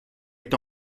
est